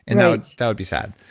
and that would that would be sad.